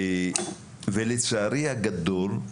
לצערי הגדול,